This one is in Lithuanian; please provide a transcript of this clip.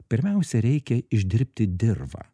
pirmiausia reikia išdirbti dirvą